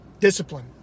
discipline